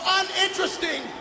uninteresting